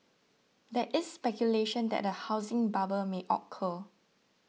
there is speculation that a housing bubble may occur